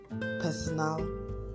personal